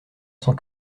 sans